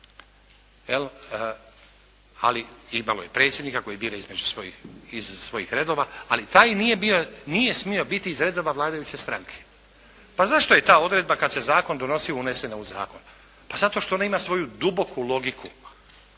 ali imalo je predsjednika koji bira iz svojih redova, ali taj nije smio biti iz redova vladajuće stranke. Pa zašto je ta odredba, kad se zakon donosio, unesena u zakon? Pa zato što ona ima svoju duboku logiku,